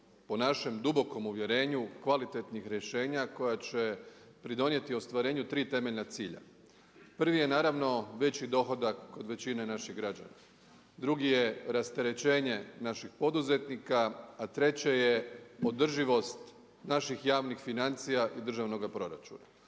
po našem dubokom uvjerenju, kvalitetnih rješenja koja će pridonijeti ostvarenju tri temeljna cilja. Prvi je naravno veći dohodak kod većine naših građana, drugi je rasterećenje naših poduzetnika, a treće je održivost naših javnih financija i državnoga proračuna